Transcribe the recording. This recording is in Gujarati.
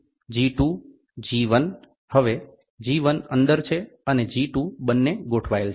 તેથી જી 2 જી 1 હવે જી 1 અંદર છે અને જી 2 બંને ગોઠવાયેલ છે